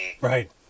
Right